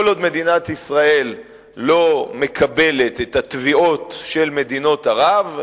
כל עוד מדינת ישראל לא מקבלת את התביעות של מדינות ערב,